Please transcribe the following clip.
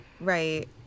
Right